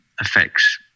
effects